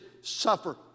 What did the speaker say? suffer